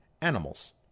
animals